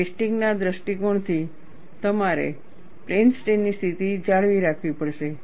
testing ના દૃષ્ટિકોણથી તમારે પ્લેન સ્ટ્રેઈન ની સ્થિતિ જાળવી રાખવી પડશે